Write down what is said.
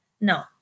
no